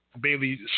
Bailey